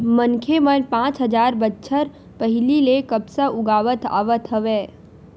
मनखे मन पाँच हजार बछर पहिली ले कपसा उगावत आवत हवय